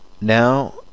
Now